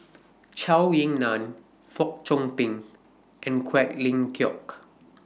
Zhou Ying NAN Fong Chong Pik and Quek Ling